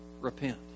repent